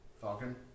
Falcon